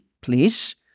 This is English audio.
please